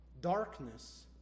darkness